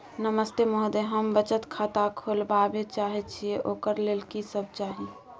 नमस्ते महोदय, हम बचत खाता खोलवाबै चाहे छिये, ओकर लेल की सब चाही?